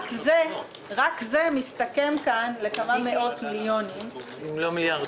רק זה מסתכם כאן בכמה מאות-מיליונים דחוף,